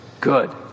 Good